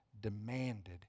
demanded